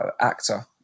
actor